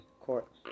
court